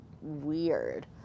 weird